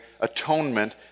atonement